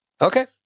Okay